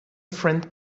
friend